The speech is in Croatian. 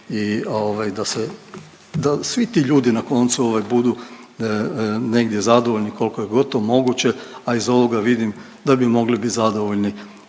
i da svi ti ljudi na koncu budu negdje zadovoljni koliko je god to moguće, a iz ovoga vidim da bi mogli bit zadovoljni